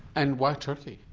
and why turkey?